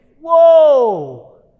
Whoa